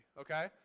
Okay